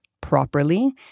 properly